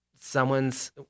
someone's